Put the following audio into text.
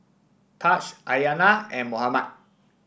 Tahj Aiyana and Mohammad